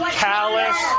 callous